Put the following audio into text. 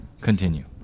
continue